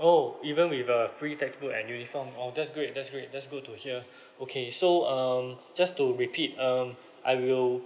oh even with a free textbook and uniform all that's great that's great that's good to hear okay so um just to repeat um I will